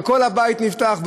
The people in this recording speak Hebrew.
וכל הבית נפתח,